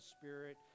spirit